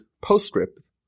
postscript